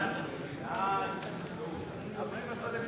סעיף 17,